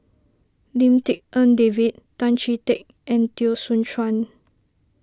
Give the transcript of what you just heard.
Lim Tik En David Tan Chee Teck and Teo Soon Chuan